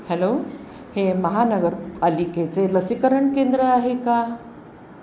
hello हे महानगरपालिकेचे लसीकरण केंद्र आहे का